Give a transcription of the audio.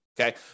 okay